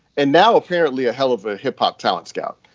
and now apparently a hell of a hip hop talent scout.